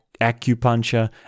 acupuncture